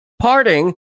parting